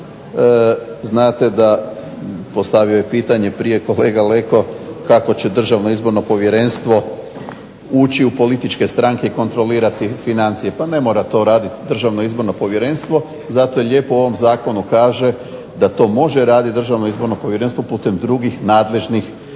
znate da postavio je pitanje prije kolega Leko kako će Državno izborno povjerenstvo ući u političke stranke i kontrolirati financije. Pa ne mora to raditi Državno izborno povjerenstvo. Zato lijepo u ovom zakonu kaže da to može raditi Državno izborno povjerenstvo putem drugih nadležnih